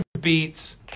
beats